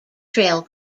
trail